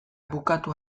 bukatu